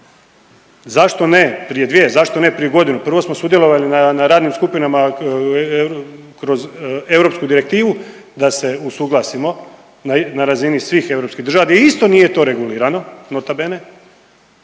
Zašto ne prije 2, zašto ne prije godinu? Prvo smo sudjelovali na radnim skupinama kroz europsku direktivu da se usuglasimo na razini svih europskih država gdje isto to nije regulirano nota bene,